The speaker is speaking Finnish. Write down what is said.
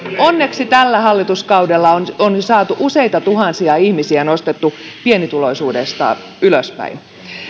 onneksi tällä hallituskaudella on on jo saatu useita tuhansia ihmisiä nostettua pienituloisuudesta ylöspäin